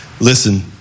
Listen